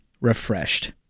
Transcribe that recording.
refreshed